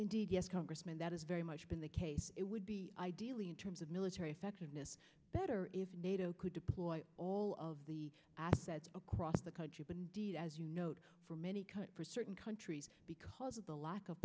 indeed yes congressman that is very much been the case it would be ideally in terms of military effectiveness better if nato could deploy all of the assets across the country but indeed as you note for many cuts for certain countries because of the lack of